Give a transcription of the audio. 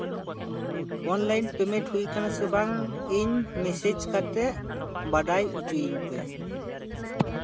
online payment ᱦᱩᱭᱟᱠᱟᱱᱟ ᱥᱮ ᱵᱟᱝ ᱤᱧ ᱢᱮᱥᱮᱡ ᱠᱟᱛᱮ ᱵᱟᱰᱟᱭ ᱚᱪᱩᱭᱤᱧ ᱯᱮ